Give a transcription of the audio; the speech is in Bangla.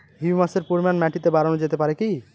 হিউমাসের পরিমান মাটিতে বারানো যেতে পারে কি?